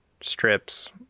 strips